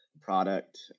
product